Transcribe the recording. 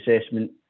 assessment